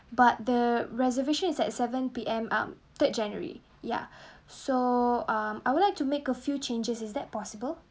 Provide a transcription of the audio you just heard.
but the reservation is at seven P_M ah third january ya so um I would like to make a few changes is that possible